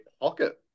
Pocket